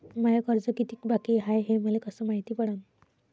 माय कर्ज कितीक बाकी हाय, हे मले कस मायती पडन?